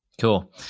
Cool